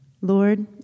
Lord